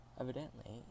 Evidently